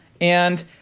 And-